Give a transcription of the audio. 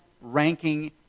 ranking